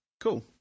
Cool